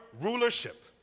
rulership